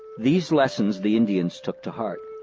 these lessons the indians took to heart.